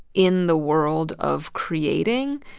in the world of creating,